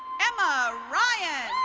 emma ryan.